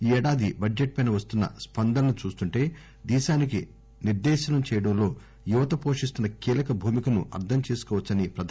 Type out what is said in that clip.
ఈ ఏడాది బడ్జెట్ పై వస్తున్న స్పందనలు చూస్తుంటే దేశానికి నిర్దేశనం చేయడంలో యువత పోషిస్తున్న కీలక భూమికను అర్థం చేసుకోవచ్చని అన్నారు